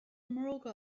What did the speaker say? mbróga